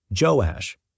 Joash